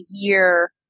year